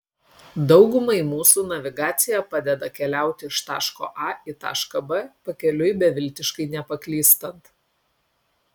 daugumai mūsų navigacija padeda keliauti iš taško a į tašką b pakeliui beviltiškai nepaklystant